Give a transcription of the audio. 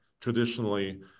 Traditionally